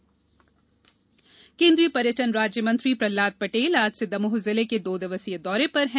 पटेल दौरा केन्द्रीय पर्यटन राज्य मंत्री प्रहलाद पटेल आज से दमोह जिले के दो दिवसीय दौरे पर हैं